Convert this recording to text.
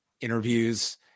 interviews